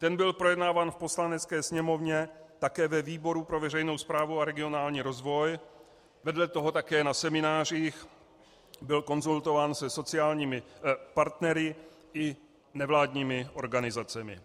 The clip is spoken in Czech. Ten byl projednáván v Poslanecké sněmovně také ve výboru pro veřejnou správu a regionální rozvoj, vedle toho také na seminářích, byl konzultován se sociálními partnery i nevládními organizacemi.